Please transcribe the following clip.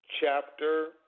chapter